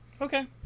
Okay